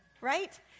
Right